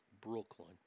Brooklyn